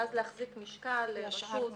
ואז להחזיק משקל לרשות --- את